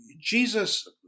Jesus